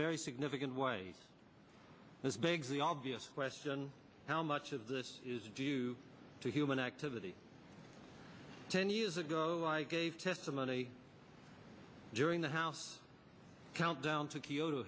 very significant way as begs the obvious question how much of this is due to human activity ten years ago i gave testimony during the house countdown to